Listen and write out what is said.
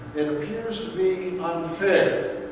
it appears to be unfit.